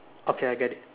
okay I get it